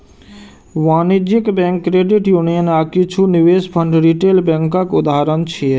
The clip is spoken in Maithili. वाणिज्यिक बैंक, क्रेडिट यूनियन आ किछु निवेश फंड रिटेल बैंकक उदाहरण छियै